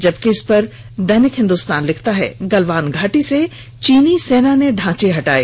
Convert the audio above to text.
जबकि दैनिक हिंदुस्तान लिखता है गलवान घाटी से चीनी सेना ने ढांचे हटाये